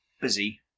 busy